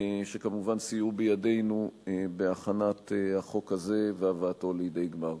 שכמובן סייעו בידנו בהכנת החוק הזה והבאתו לידי גמר.